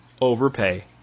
overpay